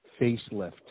Facelift